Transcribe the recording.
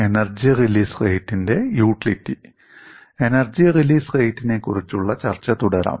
energy release റേറ്റിനെക്കുറിച്ചുള്ള ചർച്ച തുടരാം